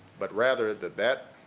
but rather, that that